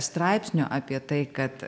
straipsnio apie tai kad